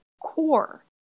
core